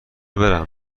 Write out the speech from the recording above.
برم